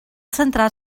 centrar